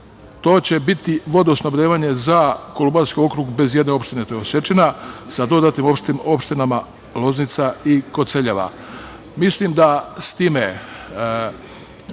To će biti vodosnabdevanje za Kolubarski okrug, bez jedne opštine, to je Osečina, sa dodatim opštinama, Loznica i Koceljeva. Mislim da time